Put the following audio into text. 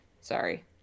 Sorry